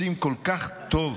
שעושים כל כך טוב.